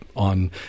on